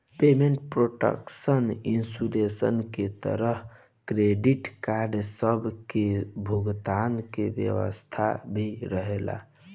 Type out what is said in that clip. payment protection insurance के तहत credit card सब के भुगतान के व्यवस्था भी रहेला